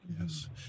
Yes